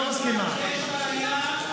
אין בעיה עם לומדי תורה.